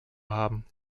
haben